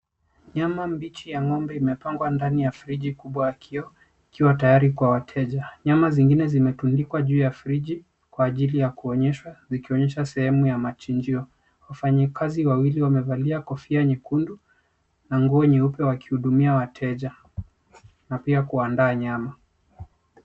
Nyama mbichi ya ng'ombe imepangwa ndani ya friji kubwa ya kioo, ikiwa tayari kwa wateja. Nyama zingine zimetundikwa juu ya friji kwa ajili ya kuonyeshwa ikionyesha sehemu ya machinjio. Wafanyakazi wawili wamevalia kofia nyekundu na nguo nyeupe wakihudumia wateja na pia kuandaa nyama.